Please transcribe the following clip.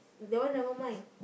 that one never mind